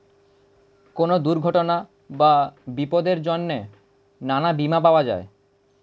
কোন দুর্ঘটনা বা বিপদের জন্যে নানা বীমা পাওয়া যায়